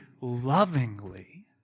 lovingly